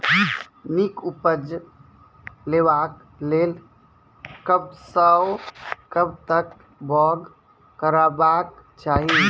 नीक उपज लेवाक लेल कबसअ कब तक बौग करबाक चाही?